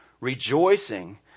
rejoicing